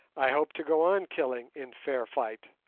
i hope to go on killing in fair fight.